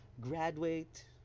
graduate